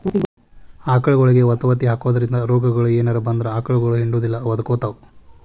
ಆಕಳಗೊಳಿಗೆ ವತವತಿ ಹಾಕೋದ್ರಿಂದ ರೋಗಗಳು ಏನರ ಬಂದ್ರ ಆಕಳಗೊಳ ಹಿಂಡುದಿಲ್ಲ ಒದಕೊತಾವ